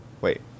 wait